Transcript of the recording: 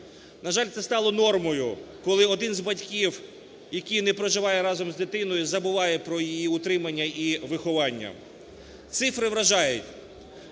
На жаль, це стало нормою, коли один з батьків, який не проживає разом з дитиною, забуває про її утримання і виховання. Цифри вражають.